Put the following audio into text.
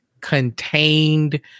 contained